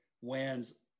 wins –